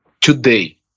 today